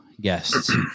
guests